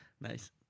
Nice